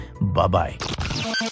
Bye-bye